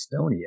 Estonia